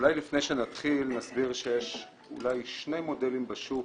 אולי לפני שנתחיל נסביר שיש שני מודלים בשוק